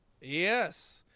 Yes